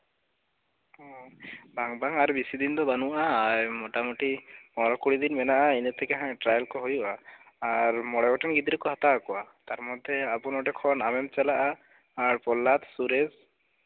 ᱚ ᱵᱟᱝ ᱵᱟᱝ ᱟᱨ ᱵᱮᱥᱤ ᱫᱤᱱ ᱫᱚ ᱵᱟᱹᱱᱩᱜᱼᱟ ᱢᱳᱴᱟᱢᱩᱴᱤ ᱵᱟᱨᱚ ᱠᱩᱲᱤ ᱫᱤᱱ ᱢᱮᱱᱟᱜᱼᱟ ᱤᱱᱟ ᱠᱚᱨᱮᱜ ᱦᱟᱜ ᱴᱨᱟᱭᱮᱞ ᱠᱚ ᱦᱩᱭᱩᱜᱼᱟ ᱟᱨ ᱢᱚᱬᱮ ᱜᱚᱴᱮᱱ ᱜᱤᱫᱽᱨᱟᱹ ᱠᱚ ᱦᱟᱛᱟᱣ ᱠᱚᱣᱟ ᱛᱟᱨᱢᱚᱫᱽᱫᱷᱮ ᱠᱷᱚᱱ ᱟᱵᱚ ᱱᱚᱰᱮ ᱠᱷᱚᱱ ᱟᱢᱮᱢ ᱪᱟᱞᱟᱜᱼᱟ ᱯᱚᱞᱟᱥ ᱥᱩᱨᱮᱥ